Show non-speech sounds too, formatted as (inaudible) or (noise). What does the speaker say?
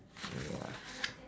(noise)